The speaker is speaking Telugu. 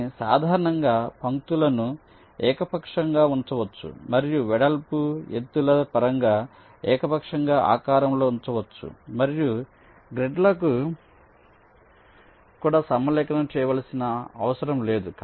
కానీ సాధారణంగా పంక్తులను ఏకపక్షంగా ఉంచవచ్చు మరియు వెడల్పు ఎత్తుల పరంగా ఏకపక్షంగా ఆకారంలో ఉంచవచ్చు మరియు గ్రిడ్లకు కూడా సమలేఖనం చేయవలసిన అవసరం లేదు